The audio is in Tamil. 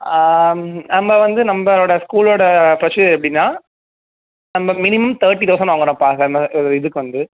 நம்ம வந்து நம்மளோட ஸ்கூலோடய ப்ரொசீஜர் எப்படின்னா நம்ம மினிமம் தேர்ட்டி தௌசண்ட் வாங்குகிறோம்ப்பா செம்ம இதுக்கு வந்து